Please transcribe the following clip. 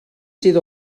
sydd